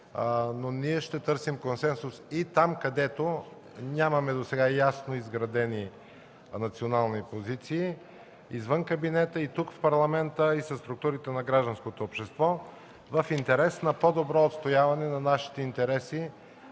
ще търсим консенсус и там, където нямаме ясно изградени национални позиции – извън кабинета, тук, в Парламента и със структурите на гражданското общество, в интерес на по-добро отстояване на нашите интереси